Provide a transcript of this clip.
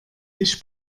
dich